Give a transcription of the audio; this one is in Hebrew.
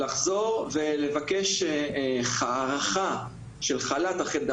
לבקש הארכה של חל"ת אחרי לידה.